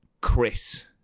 Chris